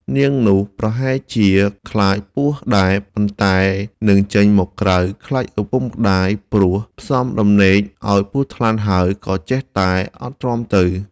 នាងនោះប្រហែលជាខ្លាចពស់ដែរ ប៉ុន្ដែនិងចេញមកក្រៅខ្លាចឪពុកម្ដាយ ព្រោះផ្សំ ដំណេកឱ្យពស់ថ្លាន់ហើយក៏ចេះតែអត់ទ្រាំទៅ ។